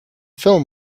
film